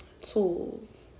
tools